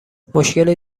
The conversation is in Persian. مشکی